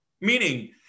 meaning